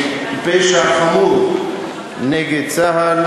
פשע חמור נגד צה"ל,